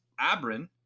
abrin